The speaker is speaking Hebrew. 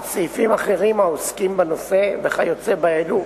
על סעיפים אחרים העוסקים בנושא וכיוצא באלו,